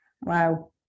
Wow